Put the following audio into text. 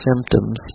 symptoms